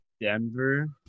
Denver